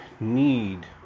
need